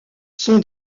son